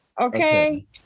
okay